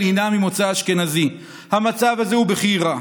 אשר צמצמו את הפערים בתיכונים